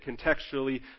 contextually